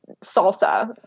salsa